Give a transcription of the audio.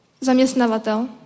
zaměstnavatel